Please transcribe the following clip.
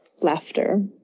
Laughter